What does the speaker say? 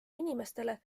inimestele